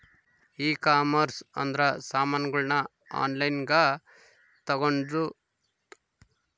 ಈ ಕಾಮರ್ಸ್ ಅಂದ್ರ ಸಾಮಾನಗಳ್ನ ಆನ್ಲೈನ್ ಗ ತಗೊಂದು